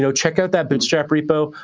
so check out that bootstrap repo.